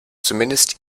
zumindest